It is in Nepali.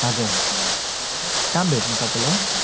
हजुर कहाँ भेट्नु तपाईँलाई